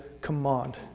command